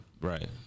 right